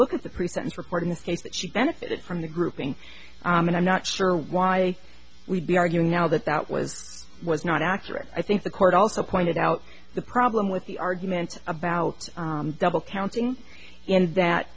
look at the pre sentence report in this case that she benefits from the grouping and i'm not sure why we'd be arguing now that that was was not accurate i think the court also pointed out the problem with the argument about double counting and that